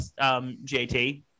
JT